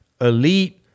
elite